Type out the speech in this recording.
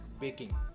baking